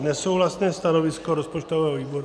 Nesouhlasné stanovisko rozpočtového výboru.